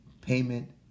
payment